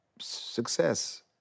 Success